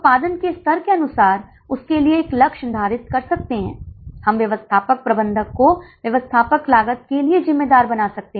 इसलिए प्रश्न के पहले भाग में यह पूछा गया था कि बीईपी की गणना करें और आपके पास चार वैकल्पिक उत्तर हो सकते हैं